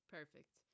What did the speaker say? Perfect